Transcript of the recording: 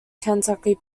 kentucky